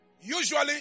Usually